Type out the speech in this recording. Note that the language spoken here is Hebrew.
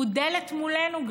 הוא גר דלת מולנו.